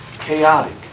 Chaotic